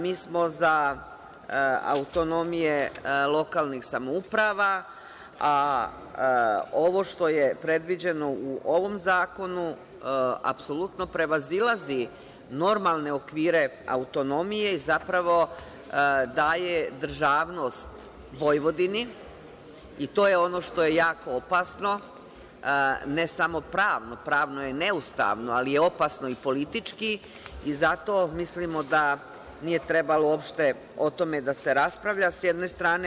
Mi smo za autonomije lokalnih samouprava, a ovo što je predviđeno u ovom zakonu apsolutno prevazilazi normalne okvire autonomije i zapravo daje državnost Vojvodini, i to je ono što je jako opasno, ne samo pravno, pravno je neustavno, ali je opasno i politički i zato mislimo da nije trebalo uopšte o tome da se raspravlja, s jedne strane.